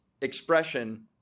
expression